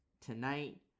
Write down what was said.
tonight